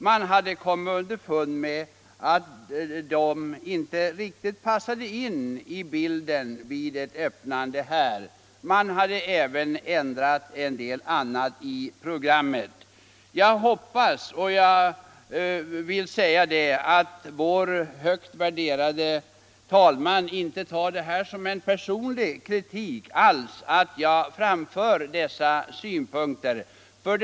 Man hade kommit underfund med att de inte riktigt passade in i bilden vid ett öppnande här i plenisalen. Man hade även ändrat en del annat i programmet. Jag hoppas att vår högt värderade talman inte tar dessa synpunkter som någon personlig kritik.